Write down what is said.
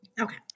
Okay